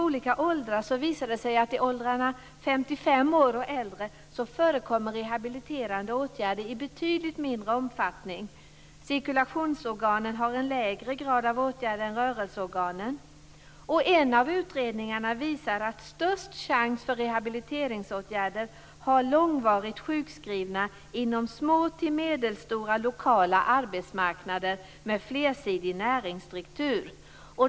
Det har visat sig att för åldersgrupperna 55 år och äldre förekommer rehabiliterande åtgärder i betydligt mindre omfattning. Cirkulationsorganen ges en lägre grad av åtgärder än rörelseorganen. En av utredningarna visar att störst chans för rehabiliteringsåtgärder ges långvarigt sjukskrivna inom små till medelstora lokala arbetsmarknader med flersidig näringsstruktur.